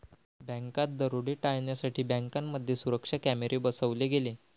बँकात दरोडे टाळण्यासाठी बँकांमध्ये सुरक्षा कॅमेरे बसवले गेले